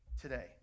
today